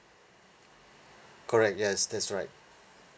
correct yes that's right